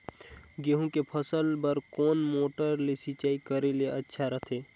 गहूं के फसल बार कोन मोटर ले सिंचाई करे ले अच्छा रथे?